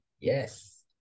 Yes